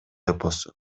эпосу